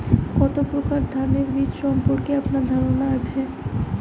কত প্রকার ধানের বীজ সম্পর্কে আপনার ধারণা আছে?